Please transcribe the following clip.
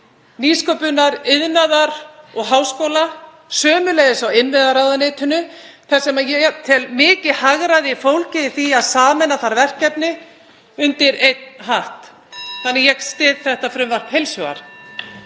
nýsköpunar, iðnaðar og háskóla, sömuleiðis á innviðaráðuneytinu þar sem ég tel mikið hagræði fólgið í því að sameina þar verkefni undir einn hatt. Ég styð þetta mál heils hugar.